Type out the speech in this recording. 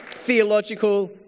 theological